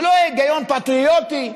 הוא לא היגיון פטריוטי.